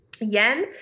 Yen